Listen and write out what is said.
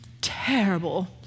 Terrible